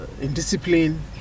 indiscipline